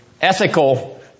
ethical